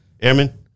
Airman